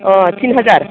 अह थिन हाजार